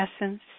essence